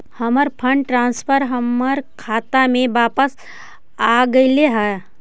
हमर fund transfer हमर खाता में वापस आगईल हे